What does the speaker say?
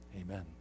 amen